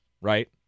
right